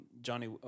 Johnny